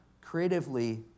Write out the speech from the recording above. Creatively